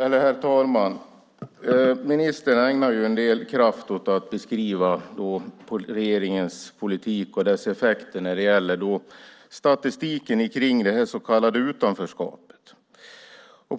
Herr talman! Ministern ägnar en del kraft åt att beskriva regeringens politik och dess effekter när det gäller statistiken kring det så kallade utanförskapet.